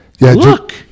look